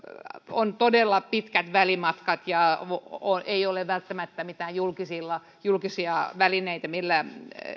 on todella pitkät välimatkat ja ei ole välttämättä mitään julkisia välineitä